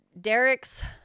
Derek's